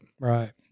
Right